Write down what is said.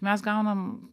mes gaunam